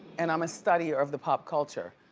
and i'm a studier of the pop culture.